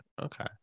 Okay